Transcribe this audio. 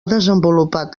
desenvolupat